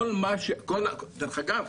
ודרך אגב,